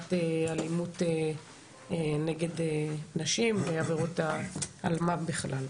מניעת אלימות נגד נשים ובעבירות האלמ"ב בכלל.